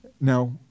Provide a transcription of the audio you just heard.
Now